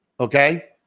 okay